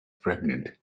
pregnant